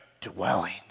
dwelling